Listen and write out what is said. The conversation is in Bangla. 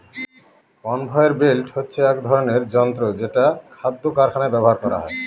কনভেয়র বেল্ট হচ্ছে এক ধরনের যন্ত্র যেটা খাদ্য কারখানায় ব্যবহার করা হয়